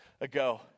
ago